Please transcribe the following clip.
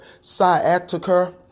sciatica